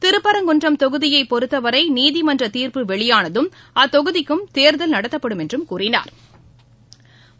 திருப்பரங்குன்றம் தொகுதியைப் பொறுத்தவரைநீதிமன்றதீர்ப்பு வெளியானதும் அத்தொகுதிக்கும் தேர்தல் நடத்தப்படும் என்றுதெரிவித்தாா்